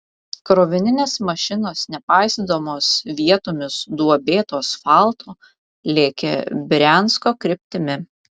krovininės mašinos nepaisydamos vietomis duobėto asfalto lėkė briansko kryptimi